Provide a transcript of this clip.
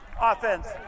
offense